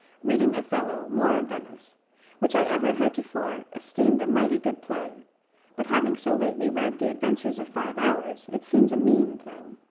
reading othello, moor of venice which i ever heretofore esteemed a mighty good play but, having so lately read the adventures of five hours, it seems a mean thing.